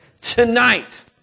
Tonight